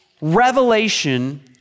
revelation